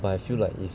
but I feel like if